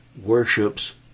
worships